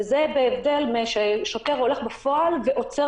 וזה בהבדל מזה ששוטר הולך בפועל ועוצר